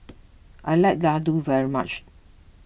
I like Laddu very much